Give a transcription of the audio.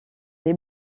les